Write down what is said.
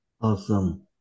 Awesome